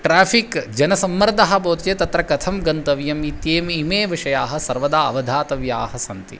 traffic जनसम्मर्दः भवति चेत् तत्र कथं गन्तव्यम् इत्येव इमे विषयाः सर्वदा अवधातव्याः सन्ति